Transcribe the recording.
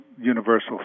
universal